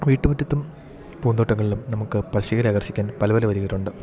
വീട്ടുമുറ്റത്തും പൂന്തോട്ടങ്ങളിലും നമുക്ക് പക്ഷികളെ ആകർഷിക്കാൻ പല പല വഴികൾ ഉണ്ട്